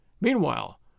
Meanwhile